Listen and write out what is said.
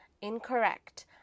Incorrect